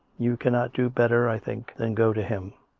you cannot do better, i think, than go to him.